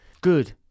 Good